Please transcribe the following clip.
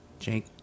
Jake